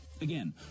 Again